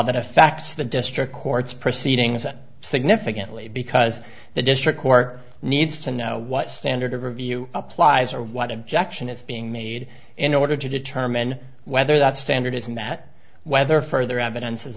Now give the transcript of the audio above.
that affects the district court's proceedings significantly because the district court needs to know what standard of review applies or what objection is being made in order to determine whether that standard is and that whether further evidence is